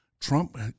Trump